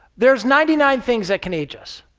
there is ninety nine things that can age us.